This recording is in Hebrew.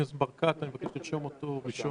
אני מבקש לרשום את חבר